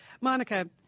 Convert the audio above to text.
Monica